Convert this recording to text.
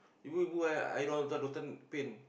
ibu eh I don't want rotan pain